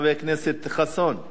חבר הכנסת חסון.